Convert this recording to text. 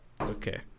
Okay